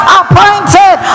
appointed